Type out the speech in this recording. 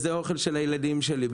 זה אוכל לילדים שלי,